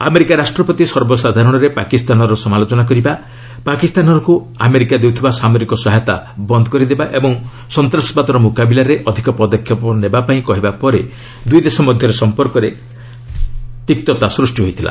America ରାଷ୍ଟ୍ରପତି ସର୍ବସାଧାରଣରେ ପାକିସ୍ତାନର ସମାଲୋଚନା କରିବା ପାକିସ୍ତାନକୁ ଆମେରିକା ଦେଉଥିବା ସାମରିକ ସହାୟତା ବନ୍ଦ୍ କରିବା ଓ ସନ୍ତାସବାଦର ମୁକାବିଲାରେ ଅଧିକ ପଦକ୍ଷେପ ନେବାପାଇଁ କହିବା ପରେ ଦୁଇ ଦେଶ ମଧ୍ୟରେ ସମ୍ପର୍କ ତିକ୍ତ ହୋଇପଡ଼ିଥିଲା